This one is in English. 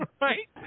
Right